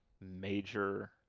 major